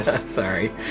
Sorry